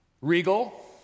Regal